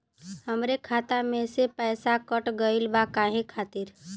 हमरे खाता में से पैसाकट गइल बा काहे खातिर?